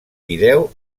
vídeo